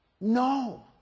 No